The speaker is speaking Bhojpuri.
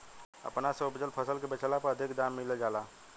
अपना से उपजल फसल के बेचला पर अधिका दाम मिल जाला